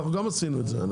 גם אנחנו עשינו את זה.